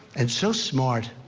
and so smart.